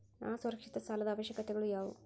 ಅಸುರಕ್ಷಿತ ಸಾಲದ ಅವಶ್ಯಕತೆಗಳ ಯಾವು